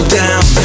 down